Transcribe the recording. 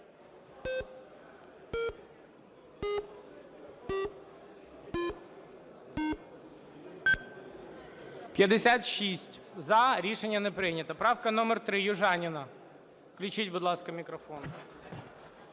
За-56 Рішення не прийнято. Правка номер 3, Южаніна. Включіть, будь ласка, мікрофон.